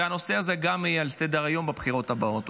וגם הנושא הזה יהיה על סדר-היום בבחירות הבאות.